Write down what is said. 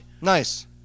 Nice